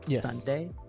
Sunday